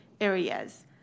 areas